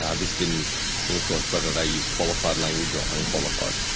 ah this didn't influence whether they used qualified language or unqualified.